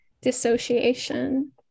dissociation